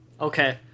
Okay